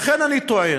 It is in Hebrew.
לכן אני טוען